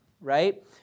right